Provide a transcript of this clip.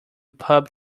pub